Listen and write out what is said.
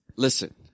Listen